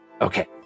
Okay